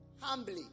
humbly